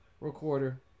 recorder